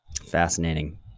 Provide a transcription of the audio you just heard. Fascinating